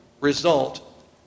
result